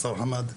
לשר חמד,